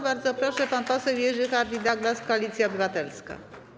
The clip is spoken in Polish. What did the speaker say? Bardzo proszę, pan poseł Jerzy Hardie-Douglas, Koalicja Obywatelska.